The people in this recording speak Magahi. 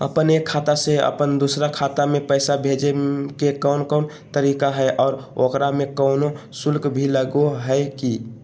अपन एक खाता से अपन दोसर खाता में पैसा भेजे के कौन कौन तरीका है और ओकरा में कोनो शुक्ल भी लगो है की?